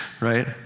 right